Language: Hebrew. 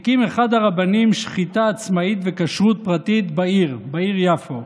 הקים אחד הרבנים שחיטה עצמאית וכשרות פרטית בעיר יפו.